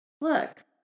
look